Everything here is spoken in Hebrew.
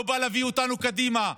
הוא לא בא להביא אותנו קדימה,